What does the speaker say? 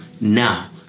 now